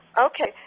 Okay